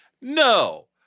No